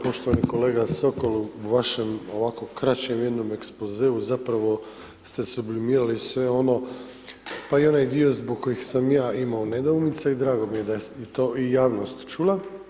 Poštovani kolega Sokol, u vašem ovako kraćem jednom ekspozeu zapravo ste sublimirali sve ono, pa i onaj dio zbog kojih sam ja imao nedoumice i drago mi je da je to i javnost čula.